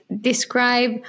describe